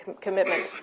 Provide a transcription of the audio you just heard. commitment